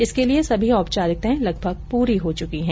इसके लिए सभी औपचारिकताएं लगभग पूरी हो चुकी है